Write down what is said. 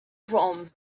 from